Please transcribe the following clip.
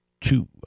two